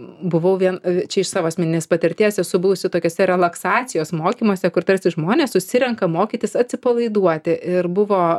buvau vien čia iš savo asmeninės patirties esu buvusi tokiuose relaksacijos mokymuose kur tarsi žmonės susirenka mokytis atsipalaiduoti ir buvo